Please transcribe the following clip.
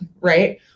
Right